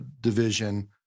division